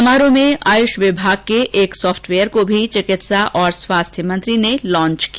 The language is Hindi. समारोह में आयुष विभाग के एक सॉफटवेयर को भी चिकित्सा और स्वास्थ्य मंत्री ने लॉच किया